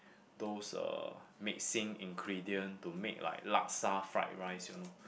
those uh mixing ingredient to make like laksa fried rice you know